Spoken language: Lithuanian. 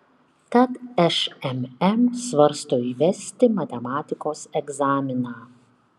tad šmm svarsto įvesti matematikos egzaminą